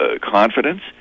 confidence